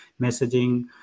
messaging